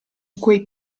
quei